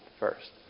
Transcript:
First